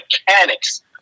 mechanics